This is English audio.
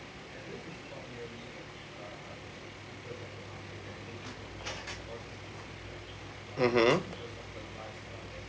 mmhmm